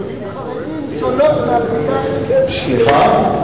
הבדיקות של יהודים חרדים שונות מהבדיקה של, סליחה?